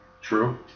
True